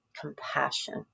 compassion